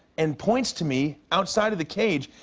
and points to me outside of the cage.